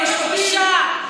איזו בושה,